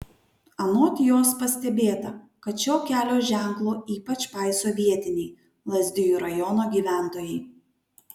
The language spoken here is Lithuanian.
anot jos pastebėta kad šio kelio ženklo ypač paiso vietiniai lazdijų rajono gyventojai